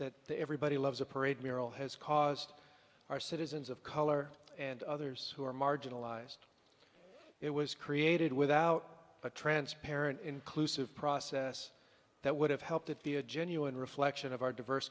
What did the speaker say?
that everybody loves a parade mural has caused our citizens of color and others who are marginalized it was created without a transparent inclusive process that would have helped it be a genuine reflection of our diverse